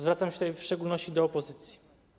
Zwracam się tutaj w szczególności do opozycji.